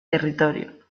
territorio